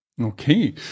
Okay